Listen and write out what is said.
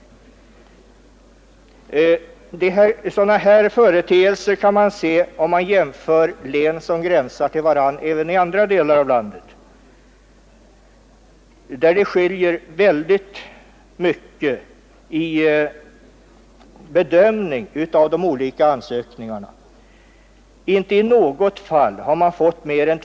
Sådana här företeelser kan man se, om man jämför län som gränsar till varandra även i andra delar av landet. Det skiljer väldigt mycket i bedömningen av de olika ansökningarna från län till län.